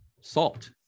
salt